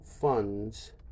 funds